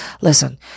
listen